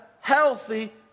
healthy